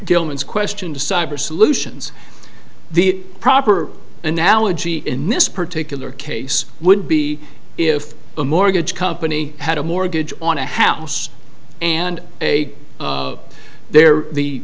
gilman's question to cyber solutions the proper analogy in this particular case would be if a mortgage company had a mortgage on a house and a there the